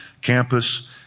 campus